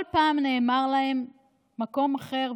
כל פעם נאמר להם מקום אחר,